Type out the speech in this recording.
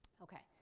okay,